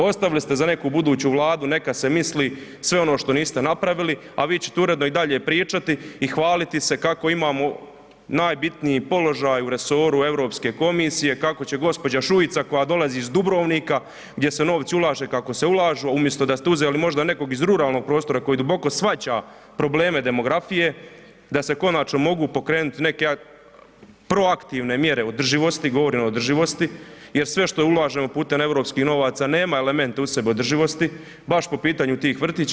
Ostavili ste za neku buduću vladu neka se misli sve ono što niste napravili, a vi ćete uredno i dalje pričati i hvaliti se kako imamo najbitniji položaj u resoru Europske komisije kako će gospođa Šuica koja dolazi iz Dubrovnika gdje se novci ulažu kako se ulažu, a umjesto da ste uzeli možda nekog iz ruralnog prostora koji duboko shvaća probleme demografije da se konačno mogu pokrenuti neke proaktivne mjere održivosti, govorim o održivosti jer sve što ulažemo putem europskih novaca nema elemente u sebi održivosti, baš po pitanju tih vrtića.